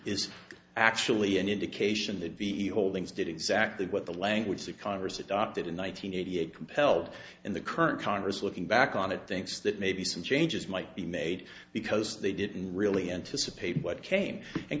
is actually an indication that the holdings did exactly what the language that congress adopted in one nine hundred eighty eight compelled in the current congress looking back on it thinks that maybe some changes might be made because they didn't really anticipate what came in